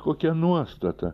kokia nuostata